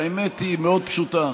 והאמת היא מאוד פשוטה,